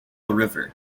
river